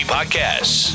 Podcasts